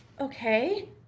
okay